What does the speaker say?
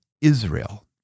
Israel